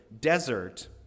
desert